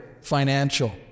financial